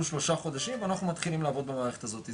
שלושה חודשים ואנחנו מתחילים לעבוד במערכת הזאתי,